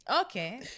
Okay